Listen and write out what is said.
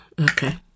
Okay